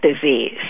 disease